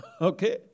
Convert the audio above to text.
Okay